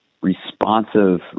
responsive